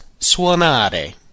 suonare